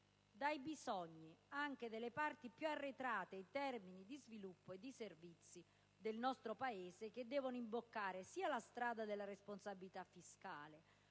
aspettative delle parti più arretrate, in termini di sviluppo e di servizi, del nostro Paese. Si deve imboccare certamente la strada della responsabilità fiscale,